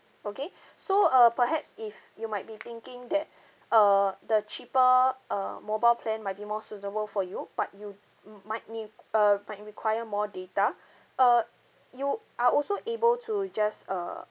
okay so uh perhaps if you might be thinking that err the cheaper err mobile plan might be more suitable for you but you m~ might ne~ uh might require more data uh you are also able to just err